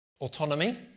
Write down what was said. autonomy